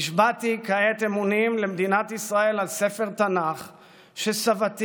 נשבעתי כעת אמונים למדינת ישראל על ספר תנ"ך שסבתי,